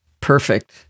Perfect